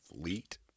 fleet